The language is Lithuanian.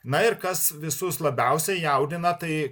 na ir kas visus labiausiai jaudina tai